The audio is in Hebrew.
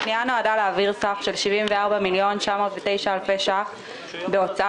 הפנייה נועדה להעביר סך של 74,909 אלפי שקלים בהוצאה